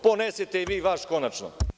Ponesite i vi vaš konačno.